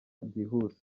byihuse